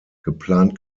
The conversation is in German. geplant